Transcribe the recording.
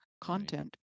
content